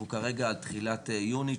אנחנו כרגע על תחילת יוני,